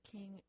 King